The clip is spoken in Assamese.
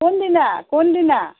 কোন দিনা কোন দিনা